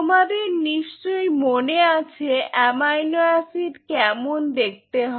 তোমাদের নিশ্চয়ই মনে আছে অ্যামাইনো অ্যাসিড কেমন দেখতে হয়